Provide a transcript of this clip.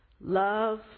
Love